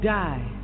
die